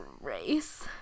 Race